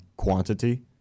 Quantity